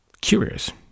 curious